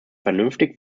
vernünftig